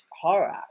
horror